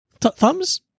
Thumbs